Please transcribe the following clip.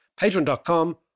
Patreon.com